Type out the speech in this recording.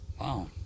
Wow